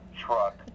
truck